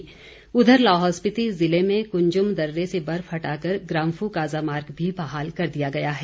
मार्ग बहाल उधर लाहौल स्पीति ज़िले में कुंजुम दर्रे से बर्फ हटाकर ग्रांफू काज़ा मार्ग भी बहाल कर दिया गया है